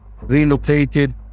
relocated